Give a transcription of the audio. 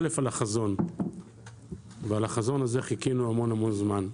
על החזון, ולחזון הזה חיכינו המון-המון זמן.